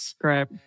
Great